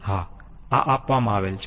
હા આ આપવામાં આવેલ છે